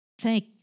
Thank